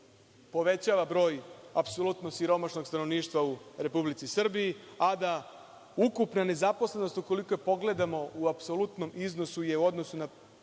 povećava broj apsolutno siromašnog stanovništva u Republici Srbiji, a da ukupna nezaposlenost, ukoliko pogledamo u apsolutnom iznosu je u odnosu na